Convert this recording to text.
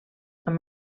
amb